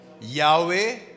Yahweh